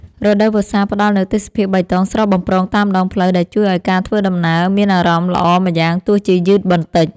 រដូវវស្សាផ្តល់នូវទេសភាពបៃតងស្រស់បំព្រងតាមដងផ្លូវដែលជួយឱ្យការធ្វើដំណើរមានអារម្មណ៍ល្អម្យ៉ាងទោះជាយឺតបន្តិច។